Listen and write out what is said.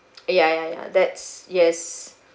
ya ya ya that's yes